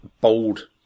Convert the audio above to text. bold